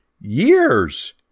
years